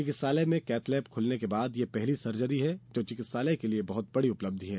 चिकित्सालय में cath lab खुलने के बाद यह पहली सर्जरी है जो चिकित्सालय के लिए बहुत बड़ी उपलब्धि है